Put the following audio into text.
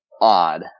odd